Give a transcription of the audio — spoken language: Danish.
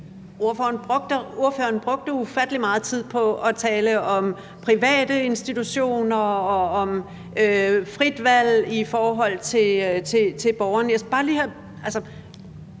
Ordføreren brugte ufattelig meget tid på at tale om private institutioner og om frit valg for borgeren.